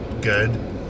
good